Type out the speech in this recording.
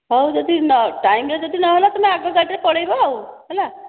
ହଉ ଯଦି ନ ଟାଇମ ରେ ଯଦି ନ ହେଲା ତୁମେ ଆଗ ଗାଡ଼ିରେ ପଳେଇବ ଆଉ ହେଲା